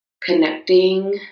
connecting